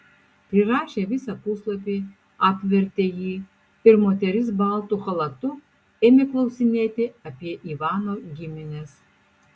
prirašę visą puslapį apvertė jį ir moteris baltu chalatu ėmė klausinėti apie ivano gimines